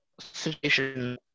situation